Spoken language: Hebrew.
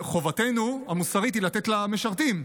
חובתנו המוסרית היא לתת למשרתים.